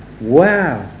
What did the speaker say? Wow